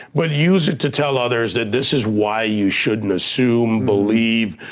but use it to tell others that this is why you shouldn't assume, believe,